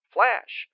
Flash